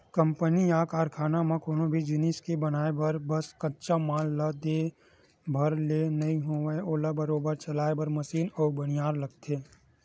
company या कारखाना म कोनो भी जिनिस के बनाय बर बस कच्चा माल ला दे भर ले नइ होवय ओला बरोबर चलाय बर मसीन अउ बनिहार लगथे